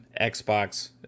xbox